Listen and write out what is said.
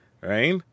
Right